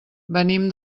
venim